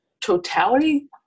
totality